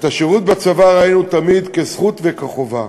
את השירות בצבא ראינו תמיד כזכות וכחובה,